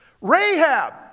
Rahab